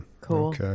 Cool